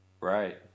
Right